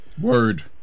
Word